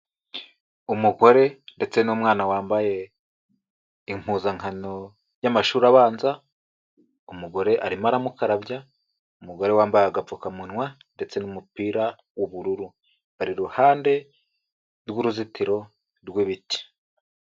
Umugore ndetse n'umwana wambaye impuzankano y'amashuri abanza, umugore arimo aramukarabya, umugore wambaye agapfukamunwa ndetse n'umupira wubururu. Bari iruhande rw'uruzitiro rw'ibiti.